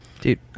Dude